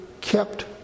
kept